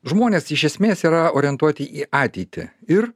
žmonės iš esmės yra orientuoti į ateitį ir